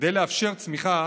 כדי לאפשר צמיחה